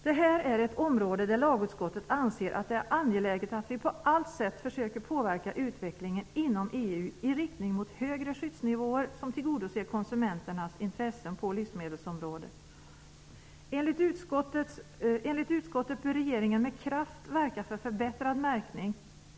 Det är ett område där lagutskottet anser att det är angeläget att vi på alla sätt försöker påverka utvecklingen inom EU i riktning mot högre skyddsnivåer, som tillgodoser konsumenternas intressen på livsmedelsområdet. Enligt utskottet bör regeringen med kraft verka för förbättrad märkning.